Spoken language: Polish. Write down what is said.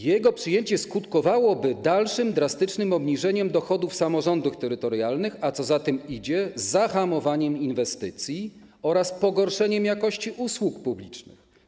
Jego przyjęcie skutkowałoby dalszym drastycznym obniżeniem dochodów samorządów terytorialnych, a co za tym idzie - zahamowaniem inwestycji oraz pogorszeniem jakości usług publicznych.